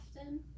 often